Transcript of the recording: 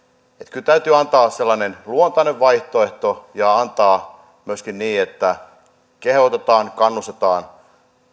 kyllä täytyy antaa sellainen luontainen vaihtoehto ja antaa se myöskin niin että kehotetaan kannustetaan